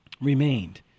remained